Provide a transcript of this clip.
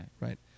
Right